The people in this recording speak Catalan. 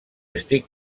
estic